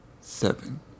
seven